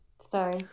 sorry